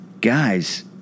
Guys